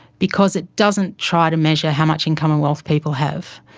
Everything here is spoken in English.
because it doesn't try to measure how much income and wealth people have.